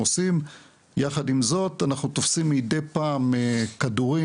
עושים יחד עם זאת אנחנו תופסים מידי פעם כדורים,